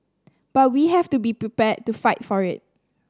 but we have to be prepared to fight for it